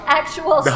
actual